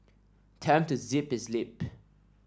tell him to zip his lip